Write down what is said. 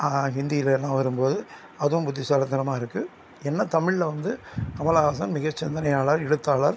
ஹிந்தியில் எல்லாம் வரும்போது அதுவும் புத்திசாலித்தனமாக இருக்குது என்ன தமிழில் வந்து கமலஹாசன் மிகச்சிந்தனையாளர் எழுத்தாளர்